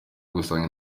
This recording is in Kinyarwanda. gusanga